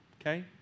Okay